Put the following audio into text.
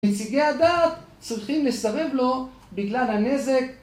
נציגי הדת צריכים לסרב לו בגלל הנזק